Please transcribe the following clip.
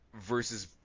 versus